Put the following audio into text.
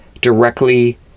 directly